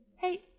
Hey